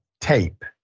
tape